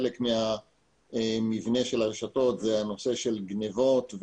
חלק מן המבנה של הרשתות נוגע לנושא של גניבות,